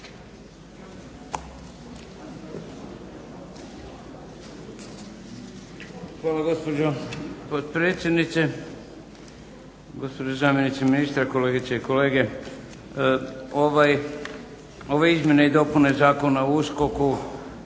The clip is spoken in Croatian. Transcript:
Hvala gospođo potpredsjednice, gospođo zamjenice ministra, kolegice i kolege. Ove izmjene i dopune Zakona o USKOK-u